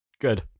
Good